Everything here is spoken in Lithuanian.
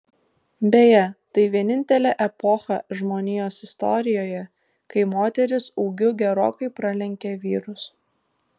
beje tai vienintelė epocha žmonijos istorijoje kai moterys ūgiu gerokai pralenkė vyrus